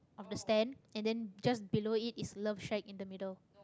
of the stand and then just below it is love shack in the middle